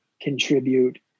contribute